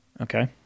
Okay